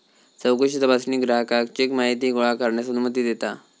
चौकशी तपासणी ग्राहकाक चेक माहिती गोळा करण्यास अनुमती देता